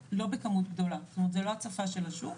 בכמות גדולה זאת אומרת זה לא הצפה של השוק,